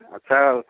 ଆଚ୍ଛା ହଉ